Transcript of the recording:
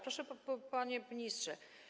Proszę, panie ministrze.